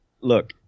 Look